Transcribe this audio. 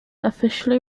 officially